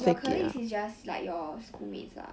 your colleagues is just like your schoolmates uh